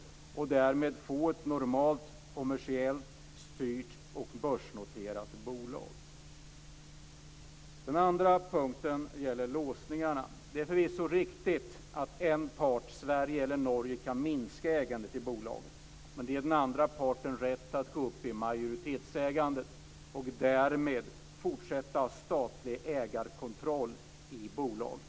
Därigenom skulle vi kunna få ett normalt kommersiellt styrt och börsnoterat företag. Den andra punkten gäller låsningarna. Det är förvisso riktigt att en part, Sverige eller Norge, kan minska ägandet i bolaget. Men det ger den andra parten rätt att gå upp i majoritetsägande och därmed fortsätta att ha statlig ägarkontroll i bolaget.